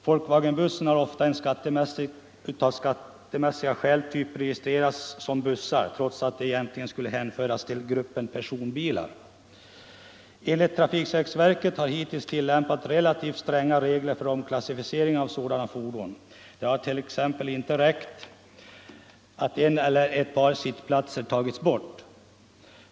Volkswagenbussen har ofta av skattemässiga skäl typregistrerats som buss trots att den egentligen skulle hänföras till gruppen personbilar. Enligt trafiksäkerhetsverket har hittills tillämpats relativt stränga regler för omklassificering av sådan fordon; det har t.ex. inte räckt att en eller ett par sittplatser tagits bort.